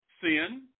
Sin